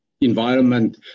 environment